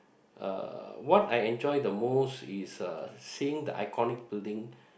uh what I enjoy the most is uh seeing the iconic building